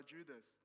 Judas